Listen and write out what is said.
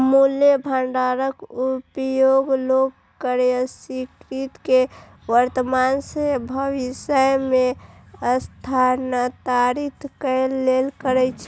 मूल्य भंडारक उपयोग लोग क्रयशक्ति कें वर्तमान सं भविष्य मे स्थानांतरित करै लेल करै छै